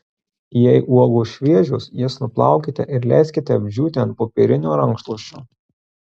jei uogos šviežios jas nuplaukite ir leiskite apdžiūti ant popierinio rankšluosčio